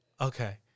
okay